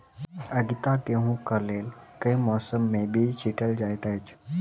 आगिता गेंहूँ कऽ लेल केँ मौसम मे बीज छिटल जाइत अछि?